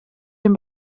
den